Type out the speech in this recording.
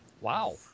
Wow